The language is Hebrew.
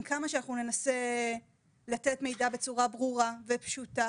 עם כמה שאנחנו ננסה לתת מידע בצורה ברורה ופשוטה